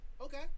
okay